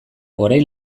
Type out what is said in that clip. orain